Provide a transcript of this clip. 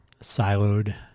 siloed